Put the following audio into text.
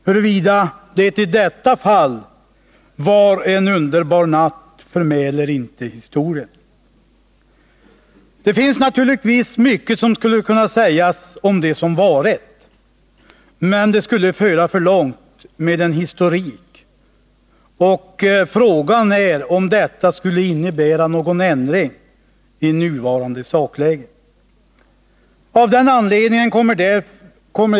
Huruvida det i detta fall var en underbar natt förmäler inte historien. Det finns naturligtvis mycket som skulle kunna sägas om det som varit, men det skulle föra för långt med en historik, och frågan är om detta skulle innebära någon ändring i nuvarande sakläge.